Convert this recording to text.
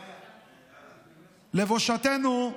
לבושתנו,